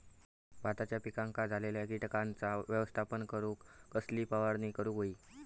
भाताच्या पिकांक झालेल्या किटकांचा व्यवस्थापन करूक कसली फवारणी करूक होई?